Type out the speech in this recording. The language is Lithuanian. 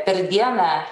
per dieną